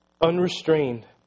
unrestrained